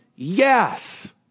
Yes